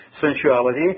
sensuality